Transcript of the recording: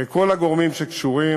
כל הגורמים שקשורים,